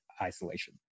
isolation